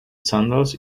sandals